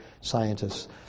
scientists